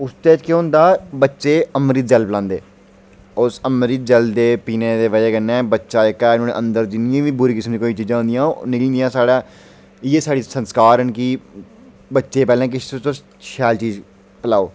उसदे च केह् होंदा बच्चे गी अमृत जल पलांदे ते उस अमृत जल दे पीने दी वजह् कन्नै बच्चे जेह्का ऐ नुहाड़े अन्दर जिन्नियां बी बुरी किस्म दियां कोई चीजां होंदियां ओह् निकली जंदियां साढ़े इ'यै साढ़े संस्कार न कि बच्चे ई पैह्लें किश तुस शैल चीज पलाओ